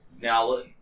Now